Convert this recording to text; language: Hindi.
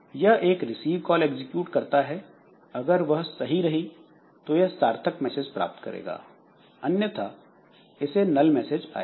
यह एक रिसीव कॉल एग्जीक्यूट करता है अगर वह सही रही तो यह सार्थक मैसेज प्राप्त करेगा अन्यथा इसे नल मैसेज आएगा